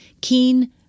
keen